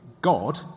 God